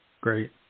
Great